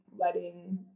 letting